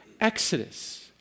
Exodus